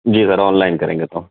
جی sir online کریں گے تو